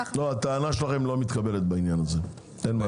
לא, הטענה שלכם לא מתקבלת בעניין הזה, אין מה